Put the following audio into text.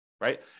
right